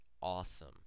awesome